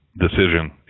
decision